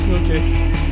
Okay